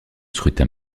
scrutin